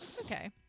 okay